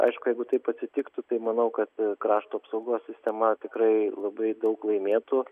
aišku jeigu taip atsitiktų tai manau kad krašto apsaugos sistema tikrai labai daug laimėtų